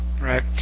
Right